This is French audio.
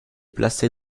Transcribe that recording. placé